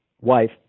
wife